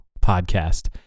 podcast